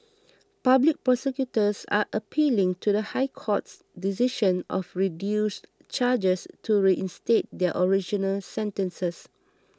public prosecutors are appealing to the High Court's decision of reduced charges to reinstate their original sentences